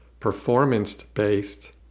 performance-based